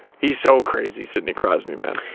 he's so crazy. sidney crosby, man.